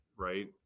Right